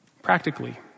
Practically